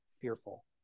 fearful